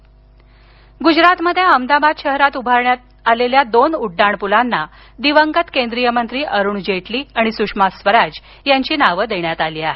उड़डाण पल गुजरातमध्ये अहमदाबाद शहरात उभारण्यात आलेल्या दोन उड्डाण पूलांना दिवंगत केंद्रीय मंत्री अरुण जेटली आणि सुषमा स्वराज यांची नावं देण्यात आली आहेत